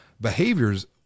behaviors